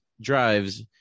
drives